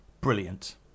brilliant